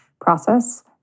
process